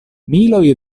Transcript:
miloj